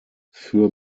für